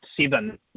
seven